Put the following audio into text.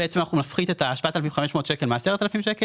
אנחנו נפחית את ה-7,500 ₪ מה-10,000 ₪,